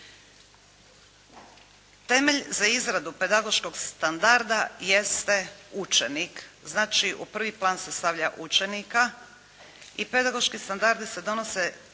Temelj za izradu pedagoškog standarda jeste učenik, znači u prvi plan se stavlja učenika i pedagoški standardi se donose